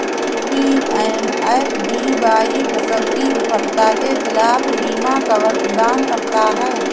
PMFBY फसल की विफलता के खिलाफ बीमा कवर प्रदान करता है